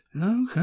Okay